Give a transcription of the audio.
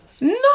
No